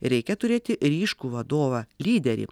reikia turėti ryškų vadovą lyderį